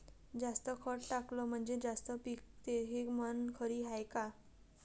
जास्त खत टाकलं म्हनजे जास्त पिकते हे म्हन खरी हाये का?